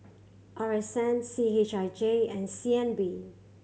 R S N C H I J and C N B